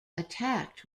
attacked